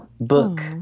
book